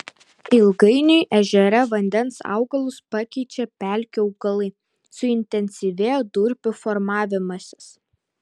ilgainiui ežere vandens augalus pakeičia pelkių augalai suintensyvėja durpių formavimasis